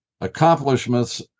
accomplishments